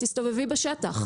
תסתובבי בשטח.